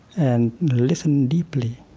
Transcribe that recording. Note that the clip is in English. and listen deeply.